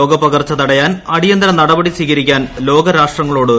രോഗ പിക്ർച്ച് തടയാൻ അടിയന്തര നടപടി സ്വീകരിക്കാൻ ലോക്ട്രാഷ്ട്രങ്ങളോട് യു